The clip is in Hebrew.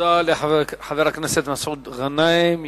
תודה לחבר הכנסת מסעוד גנאים.